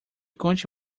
conte